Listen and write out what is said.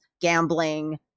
gambling